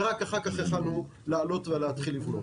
ורק אחר כך יכלנו לעלות ולהתחיל לבנות.